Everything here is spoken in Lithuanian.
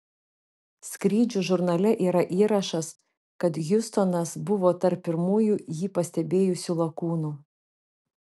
skrydžių žurnale yra įrašas kad hiustonas buvo tarp pirmųjų jį pastebėjusių lakūnų